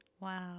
Wow